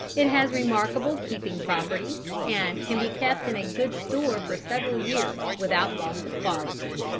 it has remarkable keeping properties, and can be kept in a good store for several years without loss of quality.